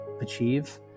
achieve